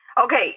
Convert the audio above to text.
Okay